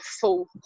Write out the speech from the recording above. full